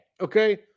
okay